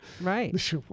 Right